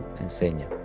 enseña